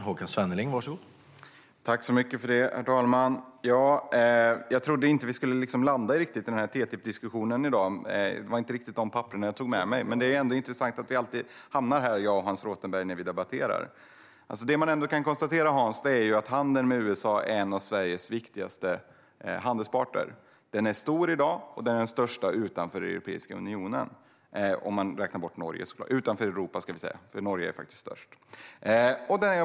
Herr talman! Jag trodde inte riktigt att vi skulle landa i TTIP-diskussionen i dag. Det var inte de papperen jag tog med mig. Men det är intressant att jag och Hans Rothenberg alltid hamnar här när vi debatterar. Det man ändå kan konstatera, Hans, är att USA är en av Sveriges viktigaste handelspartner - den största utanför Europa. Norge är störst.